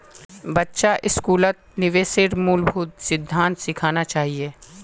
बच्चा स्कूलत निवेशेर मूलभूत सिद्धांत सिखाना चाहिए